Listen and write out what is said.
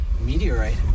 meteorite